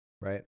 Right